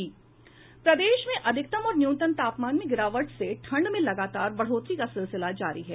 प्रदेश में अधिकतम और न्यूनतम तापमान में गिरावट से ठंड में लगातार बढ़ोतरी का सिलसिला जारी है